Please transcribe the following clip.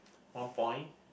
one point